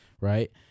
right